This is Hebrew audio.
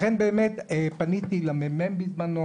לכן באמת פניתי לממ"מ בזמנו,